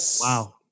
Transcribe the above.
Wow